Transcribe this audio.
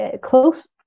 close